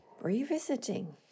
revisiting